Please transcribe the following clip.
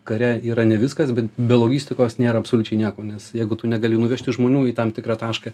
kare yra ne viskas bet be logistikos nėra absoliučiai nieko nes jeigu tu negali nuvežti žmonių į tam tikrą tašką